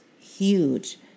huge